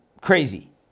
crazy